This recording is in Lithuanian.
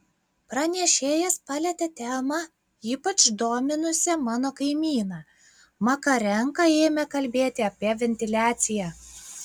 pranešėjas palietė temą ypač dominusią mano kaimyną makarenka ėmė kalbėti apie ventiliaciją